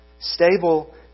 stable